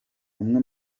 umwe